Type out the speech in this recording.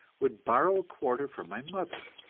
would borrow a quarter from my mother.